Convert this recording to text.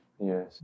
Yes